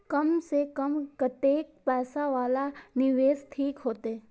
कम से कम कतेक पैसा वाला निवेश ठीक होते?